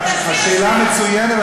השאלה מצוינת,